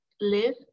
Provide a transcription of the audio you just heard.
live